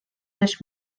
this